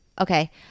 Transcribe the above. Okay